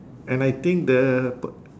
and I think the p~